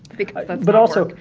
because but also,